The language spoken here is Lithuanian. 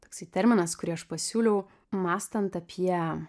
toksai terminas kurį aš pasiūliau mąstant apie